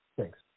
Thanks